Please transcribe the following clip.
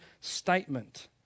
statement